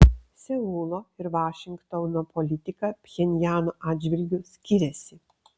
seulo ir vašingtono politika pchenjano atžvilgiu skiriasi